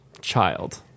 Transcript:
child